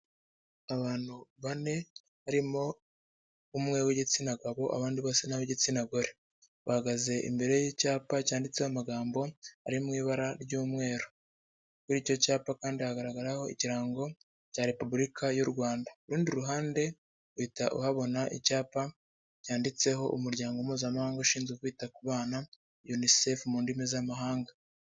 Abantu bane barimo umwe w'igitsina gabo abandi bose ni ab'igitsina gore. Bahagaze imbere y'icyapa cyanditseho amagambo ari mu ibara ry'umweru. Kuri icyo cyapa kandi hagaragaraho Ikirango cya Repubulika y'u Rwanda. Urundi ruhande uhita uhabona icyapa cyanditseho Umuryango Mpuzamahanga ushinzwe kwita ku bana, Unicef mu ndimi z'amahanga.